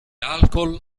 alcol